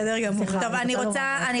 אני